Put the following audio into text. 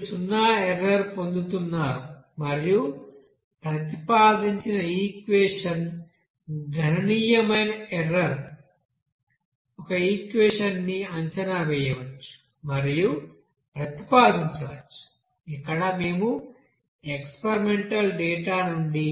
మీరు సున్నా ఎర్రర్ పొందుతున్నారు మరియు ప్రతిపాదించిన ఈక్వెషన్ గణనీయమైన ఎర్రర్ ఒక ఈక్వెషన్ ని అంచనా వేయవచ్చు మరియు ప్రతిపాదించవచ్చు ఇక్కడ మేము ఎక్స్పెరిమెంటల్ డేటా నుండి